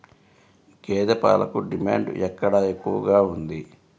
గేదె పాలకు డిమాండ్ ఎక్కడ ఎక్కువగా ఉంది?